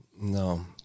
No